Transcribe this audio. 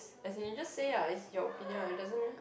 as in you just say ah it's your opinion it doesn't